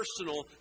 personal